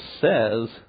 says